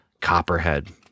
copperhead